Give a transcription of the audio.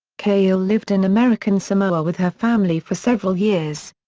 cahill lived in american samoa with her family for several years.